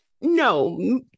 No